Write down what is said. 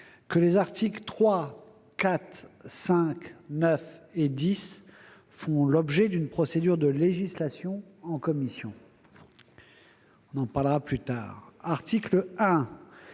que les articles 3, 4, 5, 9 et 10 font l'objet d'une procédure de législation en commission. Le vote sur